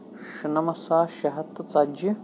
شُنَمَتھ ساس شےٚ ہَتھ تہٕ ژَتجی